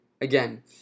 again